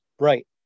Right